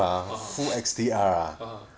(uh huh)